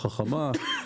תחבורה חכמה,